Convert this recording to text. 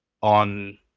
on